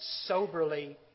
soberly